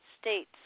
states